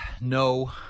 No